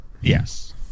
Yes